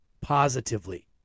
positively